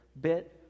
bit